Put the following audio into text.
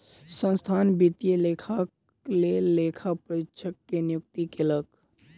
संस्थान वित्तीय लेखाक लेल लेखा परीक्षक के नियुक्ति कयलक